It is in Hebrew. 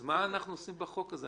שירלי, אז מה אנחנו עושים בחוק הזה?